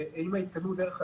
דרך אגב,